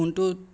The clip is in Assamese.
ফোনটো